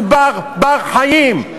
עובר בר-חיים,